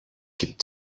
gibt